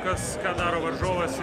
kas ką daro varžovas